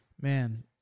man